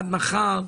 עד מחר,